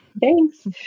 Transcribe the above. Thanks